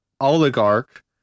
oligarch